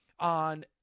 on